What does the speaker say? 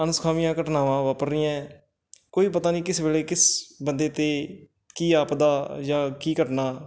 ਅਣਸੁਖਾਵੀਆਂ ਘਟਨਾਵਾਂ ਵਾਪਰ ਰਹੀਆਂ ਕੋਈ ਪਤਾ ਨਹੀਂ ਕਿਸ ਵੇਲੇ ਕਿਸ ਬੰਦੇ 'ਤੇ ਕੀ ਆਫਤ ਜਾਂ ਕੀ ਘਟਨਾ